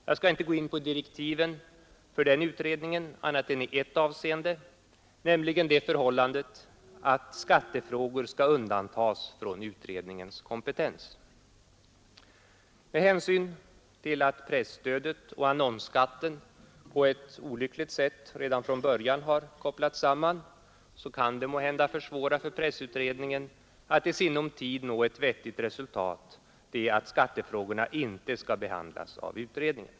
Jag skall inte gå in på direktiven för utredningen annat än i ett avseende, nämligen det förhållandet att skattefrågor skall undantas från utredningens kompetens. Men hänsyn till att presstödet och annonsskatten på ett olyckligt sätt redan från början har kopplats samman kan det måhända försvåra för pressutredningen att i sinom tid nå ett vettigt resultat att skattefrågorna inte skall behandlas av utredningen.